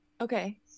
okay